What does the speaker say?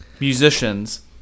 musicians